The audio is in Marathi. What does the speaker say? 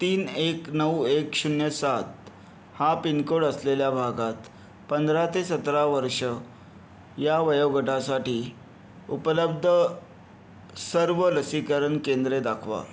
तीन एक नऊ एक शून्य सात हा पिनकोड असलेल्या भागात पंधरा ते सतरा वर्ष या वयोगटासाठी उपलब्ध सर्व लसीकरण केंद्रे दाखवा